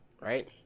right